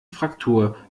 fraktur